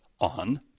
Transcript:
on